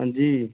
हां जी